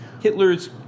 Hitler's